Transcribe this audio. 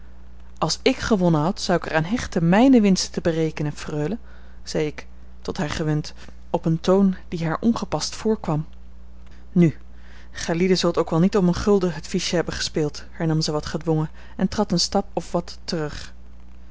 als ik gewonnen had zou ik er aan hechten mijne winsten te berekenen freule zei ik tot haar gewend op een toon die haar ongepast voorkwam nu gijlieden zult ook wel niet om een gulden het fiche hebben gespeeld hernam zij wat gedwongen en trad een stap of wat terug